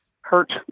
hurt